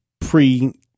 pre